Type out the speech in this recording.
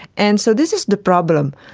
and so this is the problem,